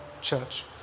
church